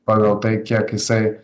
pagal tai kiek jisai